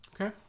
Okay